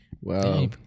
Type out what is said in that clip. wow